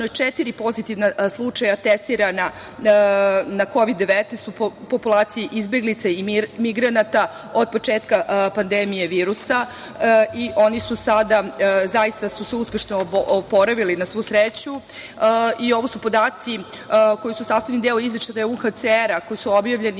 četiri pozitivna slučaja testirana na Kovid 19, u populaciji izbeglica i migranata od početka pandemije virusa. Oni su se sada zaista uspešno oporavili, na svu sreću. Ovo su podaci koji su sastavni deo izveštaja UNHCR koji su objavljeni